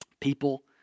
People